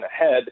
ahead